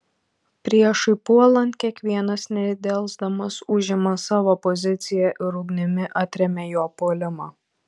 priešui puolant kiekvienas nedelsdamas užima savo poziciją ir ugnimi atremia jo puolimą